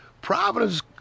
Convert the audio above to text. Providence